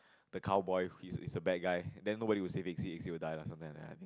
the cowboy he's a bad guy then nobody will say that he will die lah something like that